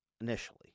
initially